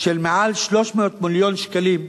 של מעל 300 מיליון שקלים,